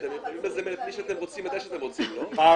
--- אתם יכולים לזמן את מי שאתם רוצים ומתי שאתם רוצים.